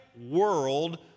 world